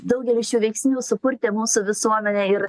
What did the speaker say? daugelis šių veiksnių supurtė mūsų visuomenę ir